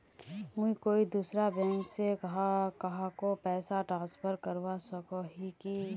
मुई कोई दूसरा बैंक से कहाको पैसा ट्रांसफर करवा सको ही कि?